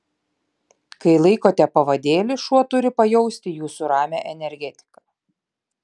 kai laikote pavadėlį šuo turi pajausti jūsų ramią energetiką